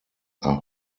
are